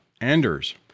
Anders